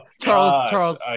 Charles